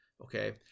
Okay